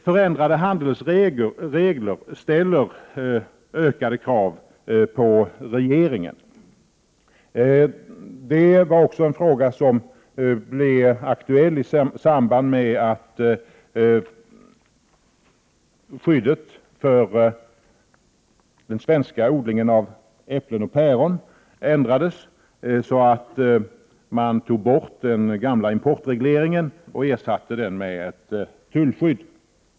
Förändrade handelsregler ställer större krav på regeringen. Frågan blev aktuell i samband med att skyddet för den svenska odlingen av äpplen och päron ändrades. Man tog bort den gamla importregleringen och ersatte den med tullskydd.